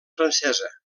francesa